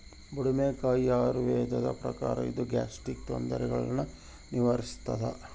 ಬುಡುಮೆಕಾಯಿ ಆಯುರ್ವೇದದ ಪ್ರಕಾರ ಇದು ಗ್ಯಾಸ್ಟ್ರಿಕ್ ತೊಂದರೆಗುಳ್ನ ನಿವಾರಿಸ್ಥಾದ